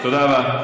תודה רבה.